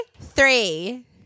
three